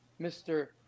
Mr